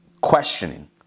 questioning